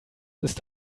ist